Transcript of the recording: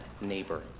neighbor